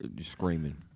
screaming